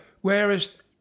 whereas